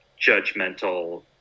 judgmental